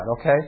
okay